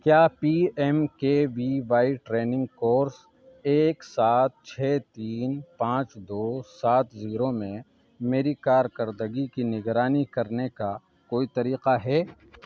کیا P M K V Y training course ایک سات چھ تین پانچ دو سات زیرو میں میری کارکردگی کی نگرانی کرنے کا کوئی طریقہ ہے